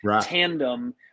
tandem